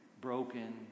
broken